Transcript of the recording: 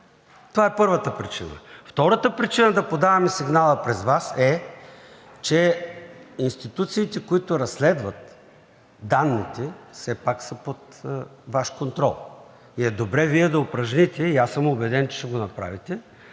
Това е първата причина. Втората причина да подаваме сигнала през Вас е, че институциите, които разследват данните, все пак са под Ваш контрол и е добре Вие да го упражните, и аз съм убеден, че ще го направите